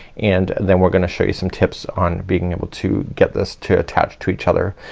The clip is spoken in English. and then we're gonna show you some tips on being able to get this to attach to each other.